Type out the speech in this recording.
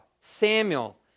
Samuel